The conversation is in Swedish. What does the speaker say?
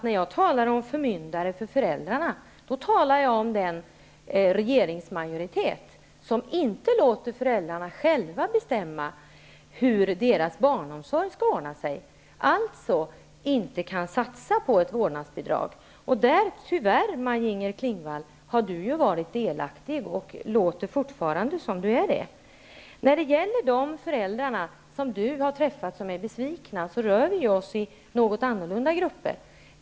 När jag talar om förmyndare för föräldrarna menar jag den regeringsmajoritet som inte låter föräldrarna själva bestämma hur deras barnomsorg skall ordnas, som alltså inte vill satsa på ett vårdnadsbidrag. Tyvärr har ju Maj-Inger Klingvall varit delaktig i detta, och det låter som om hon fortfarande är av den åsikten. Maj-Inger Klingvall säger att hon har träffat föräldrar som är besvikna. Hon och jag rör oss i litet olika grupper.